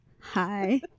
Hi